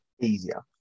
Easier